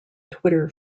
twitter